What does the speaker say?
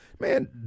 man